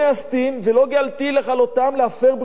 ולא געלתִים לכלֹתם להפר בריתי אתם".